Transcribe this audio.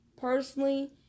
personally